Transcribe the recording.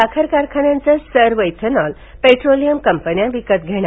साखर कारखान्यांचं सर्व इथेनॉल पेट्रोलियम कंपन्या विकत घेणार